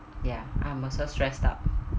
ya I must also stressed up